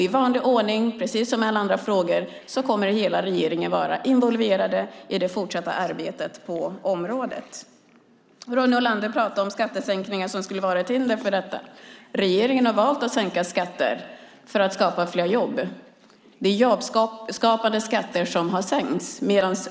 I vanlig ordning kommer hela regeringen att vara involverad i det fortsatta arbetet på området. Ronny Olander pratar om att skattesänkningar skulle vara ett hinder för detta. Regeringen har valt att sänka skatter för att skapa fler jobb. Det är jobbskapande skatter som har sänkts.